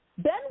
Ben